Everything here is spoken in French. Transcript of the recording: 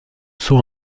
saut